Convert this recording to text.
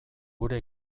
gure